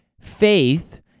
faith